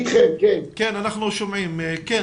תודה